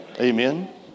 Amen